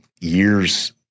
years